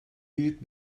büyük